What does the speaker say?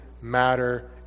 matter